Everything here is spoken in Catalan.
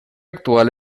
actual